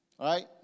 right